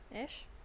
ish